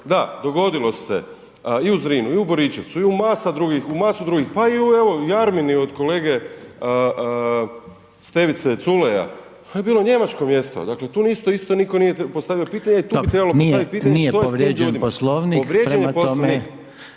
Da, dogodilo se i u Zrinu i u Boričevcu i u masa drugih, u masu drugih pa i evo u Jarmini od kolege Stevice Culeja to je bilo njemačko mjesto, dakle tu isto nitko nije postavljao pitanja i to bi trebalo postavit piranje što je s tim ljudima.